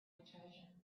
treasure